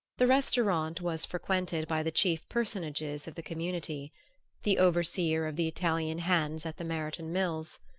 the restaurant was frequented by the chief personages of the community the overseer of the italian hands at the meriton mills,